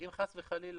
אם חס וחלילה